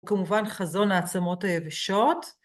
כמובן חזון העצמות היבשות.